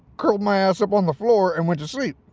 curled my ass up on the floor and went to sleep